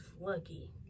lucky